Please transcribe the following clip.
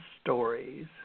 stories